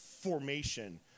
formation